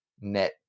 net